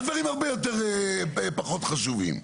על דברים הרבה פחות חשובים.